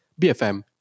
BFM